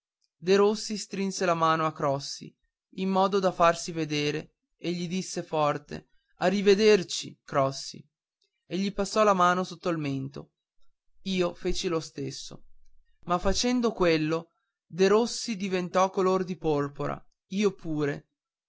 pensieroso derossi strinse la mano a crossi in modo da farsi vedere e gli disse forte a riverderci crossi e gli passò la mano sotto mento io feci lo stesso ma facendo quello derossi diventò color di porpora io pure